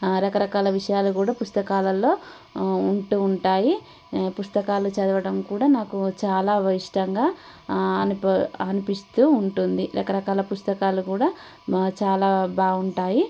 రకరకాల విషయాలు కూడా పుస్తకాలలో ఉంటూ ఉంటాయి పుస్తకాలు చదవడం కూడా నాకు చాలా ఇష్టంగా అనిపిస్తూ ఉంటుంది రకరకాల పుస్తకాలు కూడా చాలా బాగుంటాయి